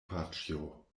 paĉjo